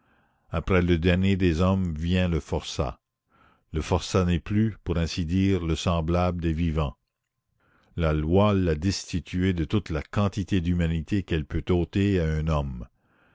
après le dernier des hommes vient le forçat le forçat n'est plus pour ainsi dire le semblable des vivants la loi l'a destitué de toute la quantité d'humanité qu'elle peut ôter à un homme